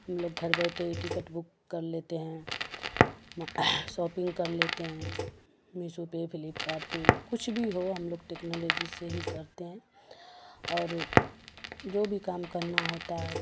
ہم لوگ گھر بیٹھے ہی ٹکٹ بک کر لیتے ہیں ساپنگ کر لیتے ہیں میسو پہ فلپکارٹ پہ کچھ بھی ہو ہم لوگ ٹکنالوجی سے ہی کرتے ہیں اور جو بھی کام کرنا ہوتا ہے